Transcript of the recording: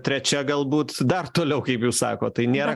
trečia galbūt dar toliau kaip jūs sakot tai nėra